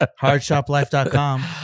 Hardshoplife.com